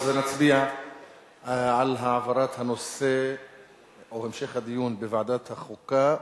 אז נצביע על המשך הדיון בוועדת החוקה.